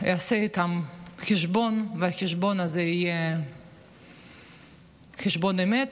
יעשה איתם חשבון, והחשבון הזה יהיה חשבון אמת,